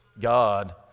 God